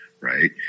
right